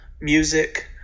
music